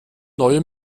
neue